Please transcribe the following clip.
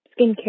skincare